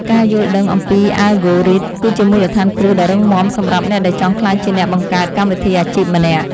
ការយល់ដឹងអំពីអាល់ហ្គោរីត គឺជាមូលដ្ឋានគ្រឹះដ៏រឹងមាំសម្រាប់អ្នកដែលចង់ក្លាយជាអ្នកបង្កើតកម្មវិធីអាជីពម្នាក់។